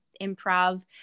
improv